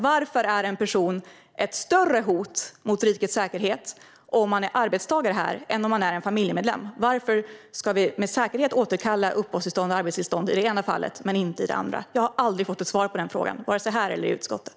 Varför är en person ett större hot mot rikets säkerhet om den är arbetstagare här än om den är en familjemedlem? Varför ska vi med säkerhet återkalla uppehållstillstånd och arbetstillstånd i det ena fallet men inte i det andra? Jag har aldrig fått ett svar på den frågan vare sig här eller i utskottet.